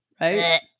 right